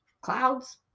clouds